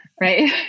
Right